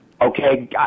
Okay